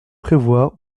prévoir